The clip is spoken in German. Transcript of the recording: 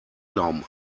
glauben